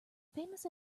famous